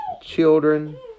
children